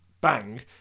bang